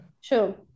Sure